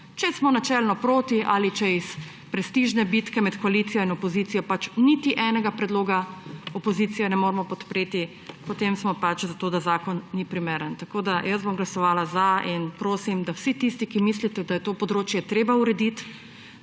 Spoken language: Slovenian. Če smo načelno proti ali če iz prestižne bitke med koalicijo in opozicijo pač niti enega predloga opozicije ne moremo podpreti, potem smo pač za to, da zakon ni primeren. Jaz bom glasovala za in prosim, da vsi tisti, ki mislite, da je to področje treba urediti,